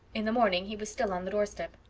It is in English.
in the morning he was still on the doorstep.